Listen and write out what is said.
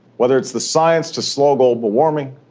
whether it's the science to slow global warming,